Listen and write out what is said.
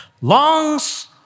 longs